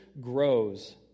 grows